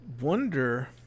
wonder